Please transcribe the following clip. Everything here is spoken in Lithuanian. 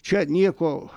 čia nieko